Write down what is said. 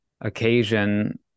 occasion